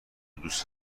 دوست